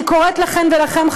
אני קוראת לכם ולכן,